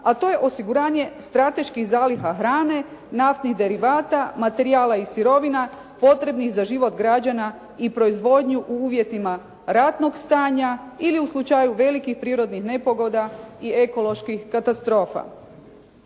a to je osiguranje strateških zaliha hrane, naftnih derivata, materijala i sirovina potrebnih za život građana i proizvodnju u uvjetima ratnog stanja ili u slučaju velikih prirodnih nepogoda i ekoloških katastrofa.